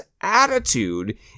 attitude